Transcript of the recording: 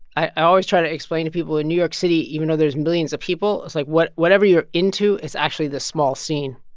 i always try to explain to people in new york city, even though there's millions of people, it's like whatever you're into is actually the small scene,